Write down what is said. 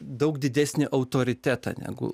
daug didesnį autoritetą negu